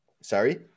Sorry